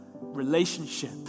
relationship